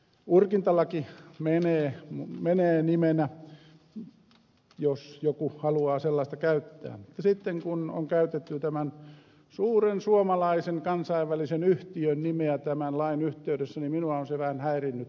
urkintalaki menee nimenä jos joku haluaa sellaista käyttää mutta sitten kun on käytetty tämän suuren suomalaisen kansainvälisen yhtiön nimeä tämän lain yhteydessä niin minua on se vähän häirinnyt